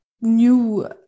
new